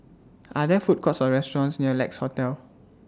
Are There Food Courts Or restaurants near Lex Hotel